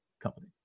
company